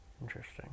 Interesting